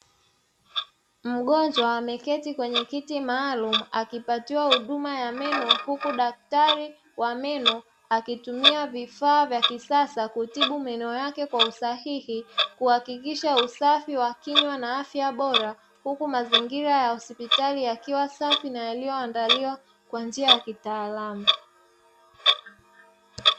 Mgonjwa ameketi kwenye kiti maalumu, akipatiwa huduma ya meno, huku daktari wa meno akitumia vifaa vya kisasa kutibu meno yake kwa usahihi, kuhakikisha usafi wa kinywa na afya bora, huku mazingira ya hospitali yakiwa safi na yaliyoandaliwa kwa njia ya kitaalamu.